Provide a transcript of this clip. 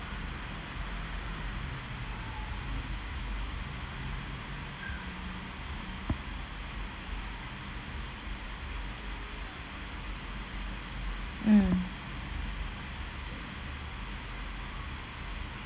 mm